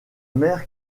mère